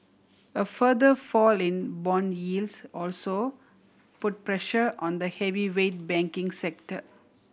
a further fall in bond yields also put pressure on the heavyweight banking sector